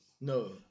no